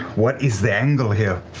what is the angle here?